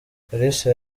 kalisa